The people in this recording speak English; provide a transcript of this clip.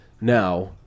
Now